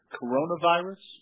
coronavirus